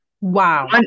Wow